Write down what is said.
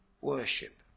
worship